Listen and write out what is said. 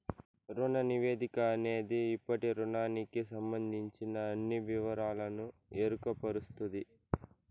రుణ నివేదిక అనేది ఇప్పటి రుణానికి సంబందించిన అన్ని వివరాలకు ఎరుకపరుస్తది